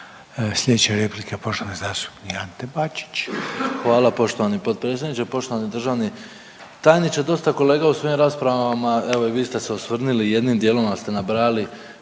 Slijedeća replika poštovani zastupnik Ante Bačić.